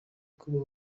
kuba